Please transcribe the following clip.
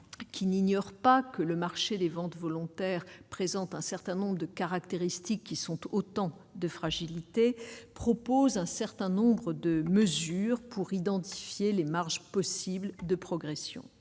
qui n'ignore pas que le marché les ventes volontaires présente un certain nombre de caractéristiques qui sont autant de fragilité propose un certain nombre de mesures pour identifier les marges possibles de progression